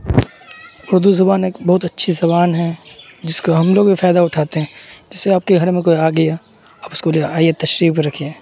اردو زبان ایک بہت اچھی زبان ہے جس کو ہم لوگ یہ فائدہ اٹھاتے ہیں جسے آپ کے گھرے میں کوئی آ گیا آپ اس کو لے آئیے تشریف رکھیں